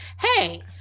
hey